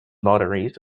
lotteries